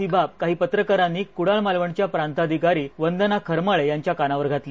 हि बाब काही पत्रकारांनी कुडाळ मालवणच्या प्रांताधिकारी वंदना खरमाळे यांच्या कानावर घातली